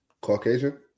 Caucasian